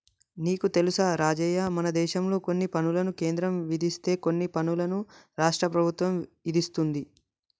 నీకు తెలుసా రాజయ్య మనదేశంలో కొన్ని పనులను కేంద్రం విధిస్తే కొన్ని పనులను రాష్ట్ర ప్రభుత్వం ఇదిస్తుంది